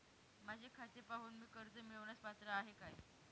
माझे खाते पाहून मी कर्ज मिळवण्यास पात्र आहे काय?